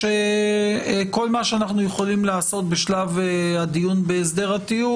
ושכל מה שאנחנו יכולים לעשות בשלב הדיון בהסדר הטיעון